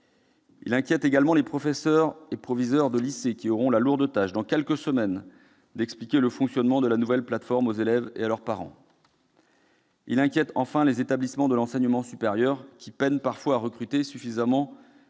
Il inquiète également les professeurs et proviseurs de lycées, qui auront la lourde tâche, dans quelques semaines, d'expliquer le fonctionnement de la nouvelle plateforme aux élèves et à leurs parents. Il inquiète enfin les établissements de l'enseignement supérieur, qui peinent parfois à recruter suffisamment